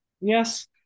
Yes